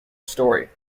story